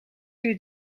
uur